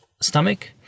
stomach